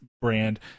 brand